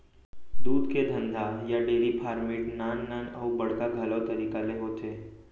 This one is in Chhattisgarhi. दूद के धंधा या डेरी फार्मिट नान नान अउ बड़का घलौ तरीका ले होथे